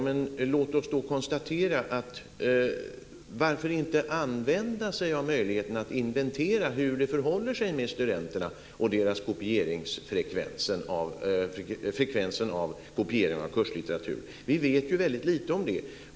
Men varför inte använda sig av möjligheten att inventera hur det förhåller sig med studenterna och frekvensen av kopierande av kurslitteratur? Vi vet ju väldigt lite om det.